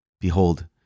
Behold